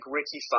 Ricky